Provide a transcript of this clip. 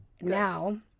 Now